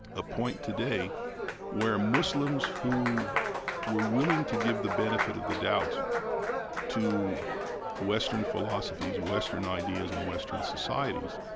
a point today where muslims who were willing to give the benefit of the doubt to western philosophies, western ideas, and western societies,